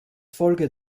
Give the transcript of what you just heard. folge